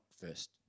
first